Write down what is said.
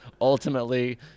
ultimately